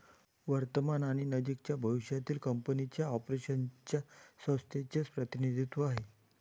वर्तमान आणि नजीकच्या भविष्यातील कंपनीच्या ऑपरेशन्स च्या संख्येचे प्रतिनिधित्व आहे